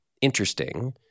interesting